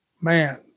man